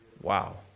wow